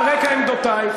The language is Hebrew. על רקע עמדותי.